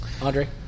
Audrey